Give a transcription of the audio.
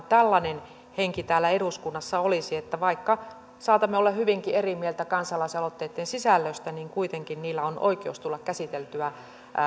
tällainen henki täällä eduskunnassa olisi että vaikka saatamme olla hyvinkin eri mieltä kansalaisaloitteitten sisällöstä niin kuitenkin niillä on oikeus tulla käsitellyksi